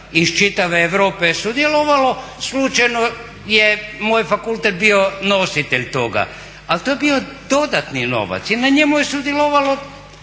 iz čitave Europe je sudjelovalo, slučajno je moj fakultet bio nositelj toga. Ali to je bio dodatni novac i na njemu je sudjelovalo